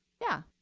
yeah,